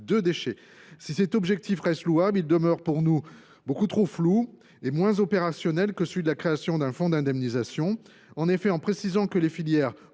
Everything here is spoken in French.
Si cet objectif est louable, il demeure pour nous beaucoup trop flou et moins opérationnel que la création d’un fonds d’indemnisation. En précisant que les filières